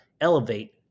elevate